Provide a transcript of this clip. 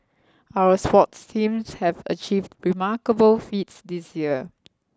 our sports teams have achieved remarkable feats this year